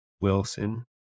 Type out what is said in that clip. Wilson